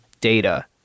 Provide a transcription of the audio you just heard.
data